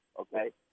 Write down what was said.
Okay